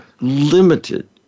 limited